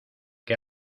que